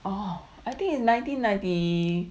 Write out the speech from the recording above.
or I think in nineteen ninety